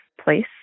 place